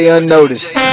Unnoticed